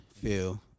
Feel